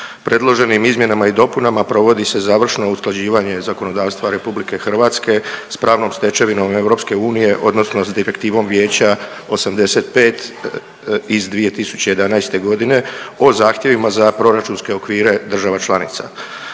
Predloženim izmjenama i dopunama provodi se završno usklađivanje zakonodavstva RH s pravnom stečevinom EU odnosno s Direktivom Vijeća 85 iz 2011. g. o zahtjevima za proračunske okvire država članica.